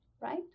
right